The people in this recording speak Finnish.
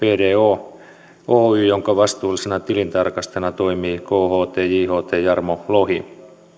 bdo oy jonka vastuullisena tilintarkastajana toimii kht jht jarmo lohi